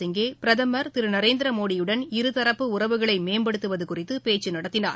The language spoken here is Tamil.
இலங்கைபிரதமர் திருநரேந்திரமோடியுடன் இருதரப்பு உறவுகளைமேம்படுத்துவதுகுறித்துபேச்சுநடத்தினார்